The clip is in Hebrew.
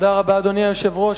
אדוני היושב-ראש,